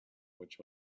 which